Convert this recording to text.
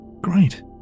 Great